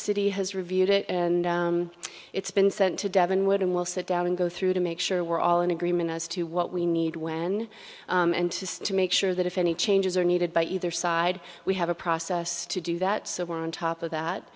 city has reviewed it and it's been sent to devon wood and we'll sit down and go through to make sure we're all in agreement as to what we need when and to make sure that if any changes are needed by either side we have a process to do that so we're on top of that